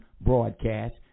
broadcast